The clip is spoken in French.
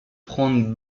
prendre